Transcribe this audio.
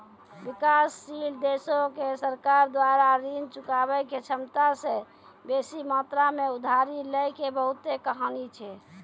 विकासशील देशो के सरकार द्वारा ऋण चुकाबै के क्षमता से बेसी मात्रा मे उधारी लै के बहुते कहानी छै